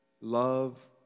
love